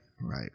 right